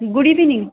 good evening